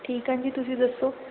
ਠੀਕ ਹਾਂ ਜੀ ਤੁਸੀਂ ਦੱਸੋ